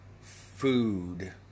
food